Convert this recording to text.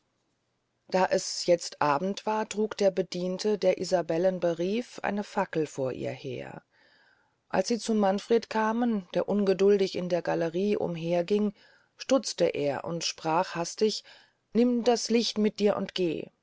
da es jetzt abend war trug der bediente der isabellen berief eine fackel vor ihr her als sie zu manfred kamen der ungeduldig in der gallerie umher ging stutzte er und sprach hastig nimm das licht mit dir und geh